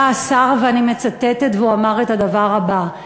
עלה השר, ואני מצטטת, והוא אמר את הדבר הבא: